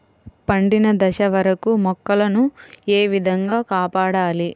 పండిన దశ వరకు మొక్కల ను ఏ విధంగా కాపాడాలి?